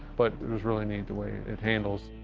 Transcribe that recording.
but it was really neat the way it handles.